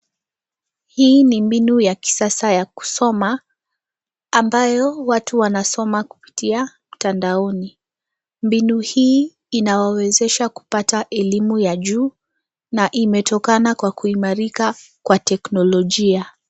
Hii ni mbinu ya kisasa ya kusoma ambayo watu wanasoma kupitia mtandaoni. Mbinu hii inawawezesha kupata elimu ya juu na imetokana kwa kuimarika kwa teknolojia.